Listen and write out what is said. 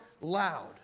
loud